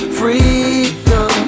freedom